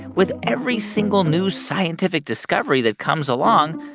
with every single new scientific discovery that comes along,